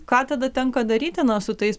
ką tada tenka daryti na su tais